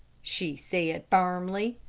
she said, firmly.